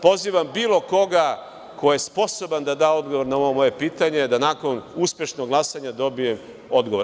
Pozivam bilo koga ko je sposoban da da odgovor na ovo moje pitanje, da nakon uspešnog glasanja dobijem odgovor.